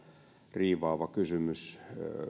riivaannutta kysymystä